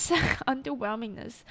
Underwhelmingness